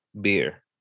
Beer